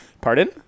Pardon